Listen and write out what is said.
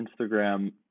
Instagram